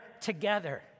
together